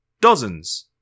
Dozens